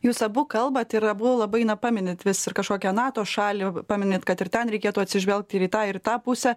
jūs abu kalbat ir abu labai na paminit vis ir kažkokią nato šalį paminit kad ir ten reikėtų atsižvelgti į tą ir tą pusę